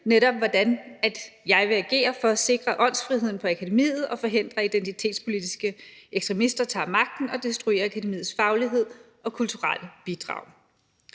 netop om, hvordan jeg vil agere for at sikre åndsfriheden på akademiet og forhindre, at identitetspolitiske ekstremister tager magten og destruerer akademiets faglighed og kulturelle bidrag.